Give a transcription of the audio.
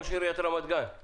ראש עיריית רמת-גן,